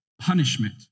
punishment